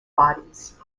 bodies